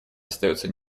остается